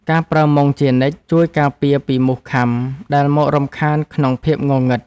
ការប្រើមុងជានិច្ច ជួយការពារពីមូសខាំដែលមករំខានក្នុងភាពងងឹត។